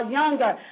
younger